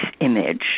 image